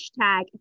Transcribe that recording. hashtag